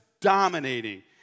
dominating